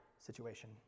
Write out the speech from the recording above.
situation